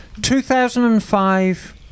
2005